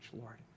Lord